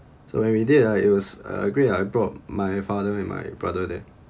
so when we did ah it was uh great ah I brought my father and my brother there